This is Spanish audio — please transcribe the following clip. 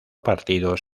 partidos